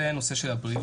זה היה הנושא של הבריאות.